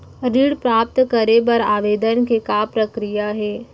ऋण प्राप्त करे बर आवेदन के का प्रक्रिया हे?